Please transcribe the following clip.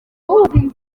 buri